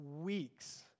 weeks